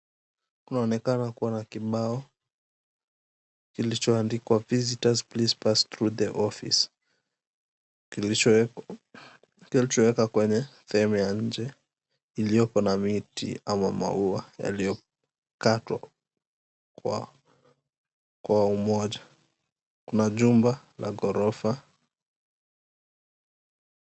Kunaonekana ku𝑤a na kibao kilicho andikwa, Visitors Please Pass Through The Office. Kilichowekwa kwenye sehemu ya nje ilioko na miti ama maua yaliyokatwa kwa, kwa umoja. Kuna jumba la ghorofa.